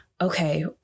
okay